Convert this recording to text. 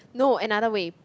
no another way